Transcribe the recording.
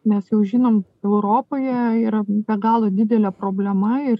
mes jau žinom europoje yra be galo didelė problema ir